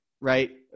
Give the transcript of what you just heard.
right